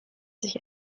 sich